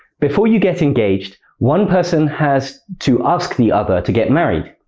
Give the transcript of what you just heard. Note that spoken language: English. before you get engaged, one person has to ask the other to get married.